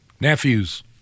nephews